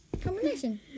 combination